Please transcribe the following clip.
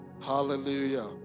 hallelujah